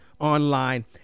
online